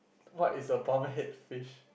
what is a palmer head fish